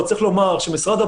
וזה אמור להיות על כל נושא,